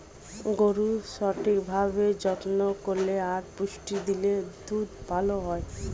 গরুর সঠিক ভাবে যত্ন করলে আর পুষ্টি দিলে দুধ ভালো হয়